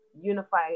unify